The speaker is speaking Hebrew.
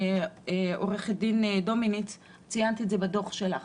עורכת הדין דומיניץ, ציינת בדוח שלך